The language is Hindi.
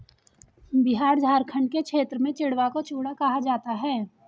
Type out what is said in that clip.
बिहार झारखंड के क्षेत्र में चिड़वा को चूड़ा कहा जाता है